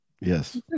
Yes